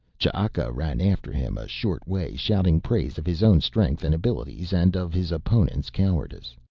ch'aka ran after him a short way, shouting praise of his own strength and abilities and of his opponent's cowardice.